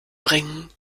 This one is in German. bringen